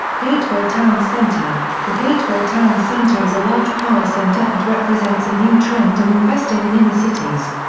gateway towne center the gateway towne center is a large power center and represents a new trend in investing in inner cities.